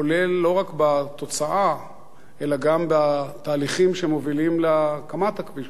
כולל לא רק בתוצאה אלא גם בתהליכים שמובילים להקמת הכביש,